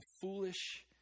foolish